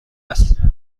است